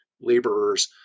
laborers